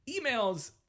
emails